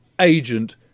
agent